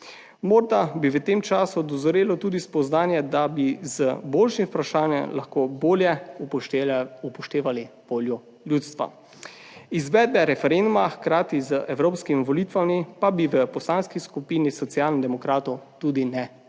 Morda bi v tem času dozorelo tudi spoznanje, da bi z boljšim vprašanjem lahko bolje upoštevali voljo ljudstva. Izvedbe referenduma hkrati z evropskimi volitvami pa bi v Poslanski skupini Socialnih demokratov tudi ne podprli,